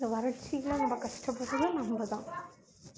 இந்த வறட்சியில் நம்ம கஷ்டப்பட்டது நம்மதான்